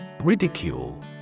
Ridicule